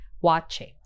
watching